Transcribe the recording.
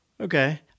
okay